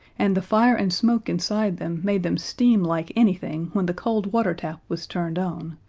and the fire and smoke inside them made them steam like anything when the cold water tap was turned on,